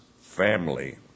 family